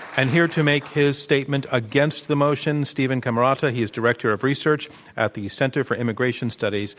and here to make his statement against the motion, steven camarota. he's director of research at the center for immigration studies.